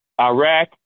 Iraq